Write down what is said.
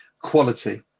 Quality